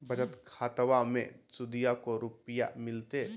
बचत खाताबा मे सुदीया को रूपया मिलते?